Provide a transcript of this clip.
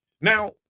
Now